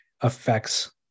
affects